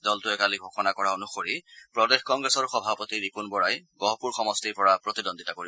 দলটোৱে কালি ঘোষণা কৰা অনুসৰি প্ৰদেশ কংগ্ৰেছৰ সভাপতি ৰিপুণ বৰাই গহপুৰ সমষ্টিৰ পৰা প্ৰতিদ্বন্দিতা কৰিব